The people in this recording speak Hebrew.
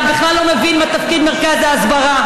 בכלל לא מבין מה תפקיד מרכז ההסברה.